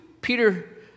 Peter